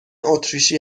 اتریشی